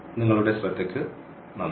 നിങ്ങളുടെ ശ്രദ്ധയ്ക്ക് നന്ദി